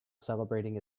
celebrating